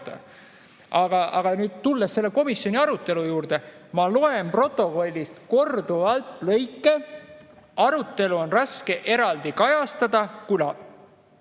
nüüd, tulles selle komisjoni arutelu juurde, ma loen protokollist korduvalt lõike: "Arutelu on raske kajastada, kuna